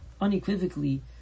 unequivocally